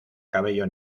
cabello